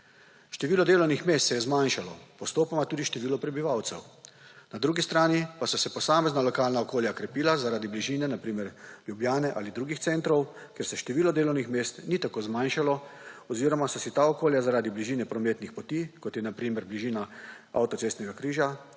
Število delovnih mest se je zmanjšalo, postopoma tudi število prebivalcev. Na drugi strani pa so se posamezna lokalna okolja krepila zaradi bližine, na primer Ljubljane ali drugih centrov, kjer se število delovnih mesti ni tako zmanjšalo oziroma so si sta okolja zaradi bližine prometni poti, kot je na primer bližina avtocestnega križa